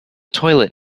toilet